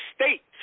state's